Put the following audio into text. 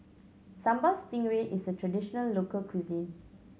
Sambal Stingray is a traditional local cuisine